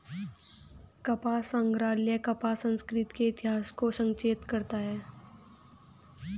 कपास संग्रहालय कपास संस्कृति के इतिहास को संरक्षित करता है